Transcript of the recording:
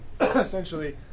essentially